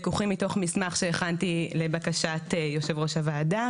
לקוחים מתוך מסמך שהכנתי לבקשת יושב ראש הוועדה,